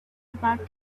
about